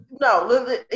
no